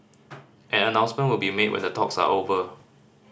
an announcement will be made when the talks are over